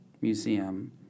Museum